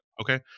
Okay